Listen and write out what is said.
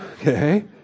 okay